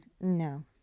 No